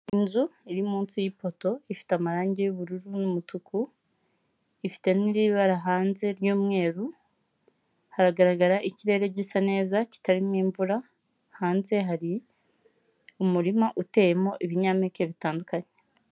Inzu iri munsi y'ipoto ifite amarange y'ubururu n'umutuku, ifite n'ibara hanze ry'umweru. Hagaragara ikirere gisa neza kitarimo imvura, hanze hari umurima uteyemo ibinyampeke bitandukanye.